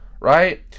right